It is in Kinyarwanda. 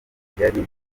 bigari